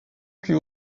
plus